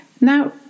Now